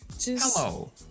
hello